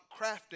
crafting